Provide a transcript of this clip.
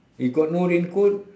you got no raincoat